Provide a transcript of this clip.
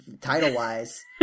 title-wise